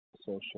social